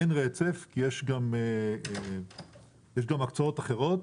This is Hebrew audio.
אין רצף, יש גם הקצאות אחרות